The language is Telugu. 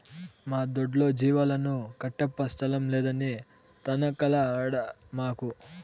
మా దొడ్లో జీవాలను కట్టప్పా స్థలం లేదని తనకలాడమాకు